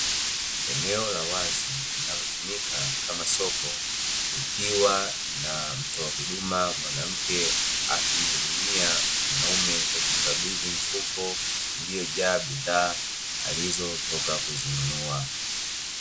Eneo la wazi linalotumika kama soko, likiwa na mtoa huduma mwanamke akimhudumia mwanaume kwa kumkabidhi mfuko, uliyojaa bidhaa alizotoka kuzinunua.